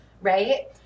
right